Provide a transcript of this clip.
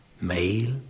Male